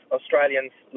Australians